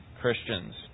Christians